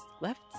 left